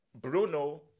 Bruno